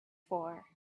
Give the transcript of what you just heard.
for